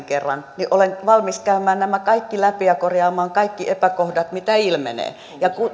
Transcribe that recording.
kerran olen valmis käymään nämä kaikki läpi ja korjaamaan kaikki epäkohdat mitä ilmenee ja